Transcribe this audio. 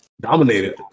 Dominated